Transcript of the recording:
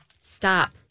Stop